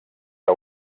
que